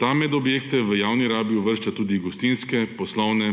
Ta med objekte v javni rabi uvršča tudi gostinske, poslovne,